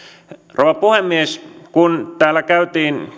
rouva puhemies kun täällä käytiin